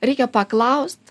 reikia paklaust